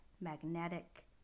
magnetic